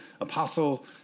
apostle